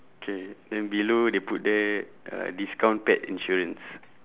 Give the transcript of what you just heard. K then below they put there uh discount pet insurance